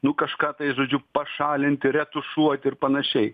nu kažką tai žodžiu pašalinti retušuoti ir panašiai